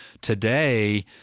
today